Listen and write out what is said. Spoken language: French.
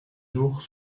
jours